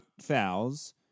fouls